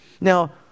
now